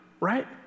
right